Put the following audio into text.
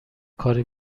کار